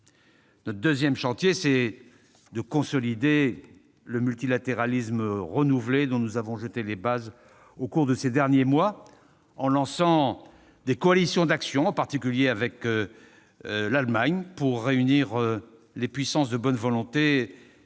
Le deuxième chantier consiste à consolider le multilatéralisme renouvelé dont nous avons jeté les bases au cours de ces derniers mois, en lançant des coalitions d'action, notamment avec l'Allemagne, pour réunir les puissances de bonne volonté, sous la bannière